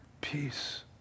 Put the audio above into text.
peace